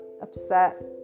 upset